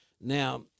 Now